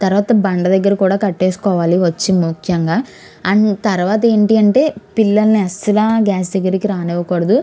తరువాత బండ దగ్గర కూడా కట్టేసుకోవాలి వచ్చి ముఖ్యంగా అండ్ తరువాత ఏంటి అంటే పిల్లల్ని అస్సలు గ్యాస్ దగ్గరకు రానివ్వకూడదు